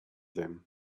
them